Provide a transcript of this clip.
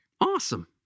Awesome